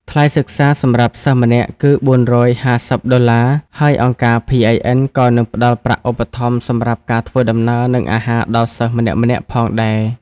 ថ្លៃសិក្សាសម្រាប់សិស្សម្នាក់គឺ ៤៥០ ដុល្លារ ហើយអង្គការ PIN ក៏នឹងផ្តល់ប្រាក់ឧបត្ថម្ភសម្រាប់ការធ្វើដំណើរនិងអាហារដល់សិស្សម្នាក់ៗផងដែរ”។